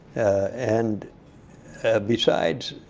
and besides,